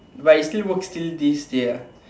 but it still works till this day ah